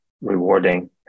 rewarding